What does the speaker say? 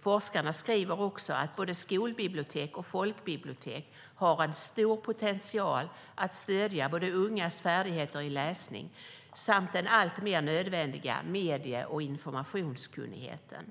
Forskarna skriver också att både skolbibliotek och folkbibliotek har stor potential för att stödja både ungas färdigheter i läsning och den alltmer nödvändiga medie och informationskunnigheten.